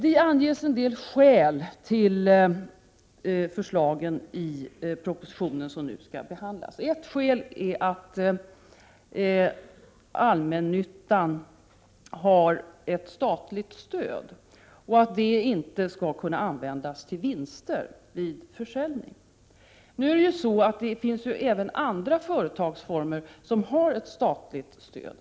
Det anges en del skäl till förslagen i den proposition som vi nu behandlar. Ett skäl är att det statliga stöd som allmännyttan har inte lämnas med sikte på försäljning eller för att ge vinster som en sådan försäljning kan ge. Men det finns ju även andra företagsformer som har ett statligt stöd.